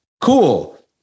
Cool